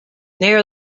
nearer